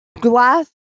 glass